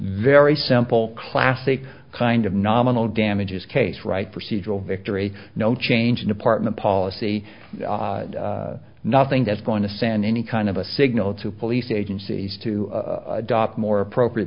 very simple classic kind of nominal damages case right procedural victory no change in department policy nothing that's going to send any kind of a signal to police agencies to adopt more appropriate